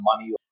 money